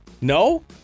No